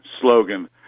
slogan